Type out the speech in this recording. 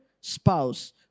spouse